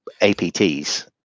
apts